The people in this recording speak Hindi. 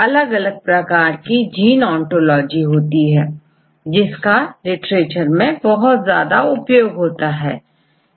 विभिन्न जीन ऑंकोलॉजी आदि सभी की जानकारी प्राप्त की जा सकती है